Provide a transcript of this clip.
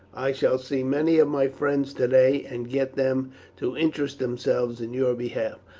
i shall see many of my friends today, and get them to interest themselves in your behalf.